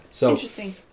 Interesting